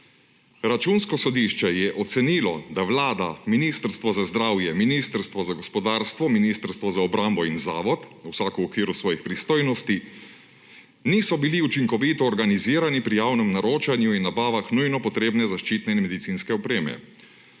»Računsko sodišče je ocenilo, da Vlada, Ministrstvo za zdravje, Ministrstvo za gospodarstvo, Ministrstvo za obrambo in Zavod, vsako v okviru svojih pristojnosti, niso bili učinkovito organizirani pri javnem naročanju in nabavah nujno potrebne zaščitne in medicinske opreme.